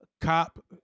cop